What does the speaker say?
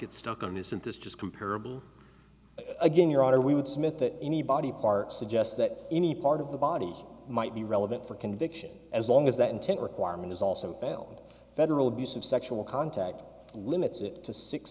get stuck on isn't this just comparable again your honor we would submit that any body part suggests that any part of the bodies might be relevant for conviction as long as that intent requirement is also failed federal abusive sexual contact limits it to six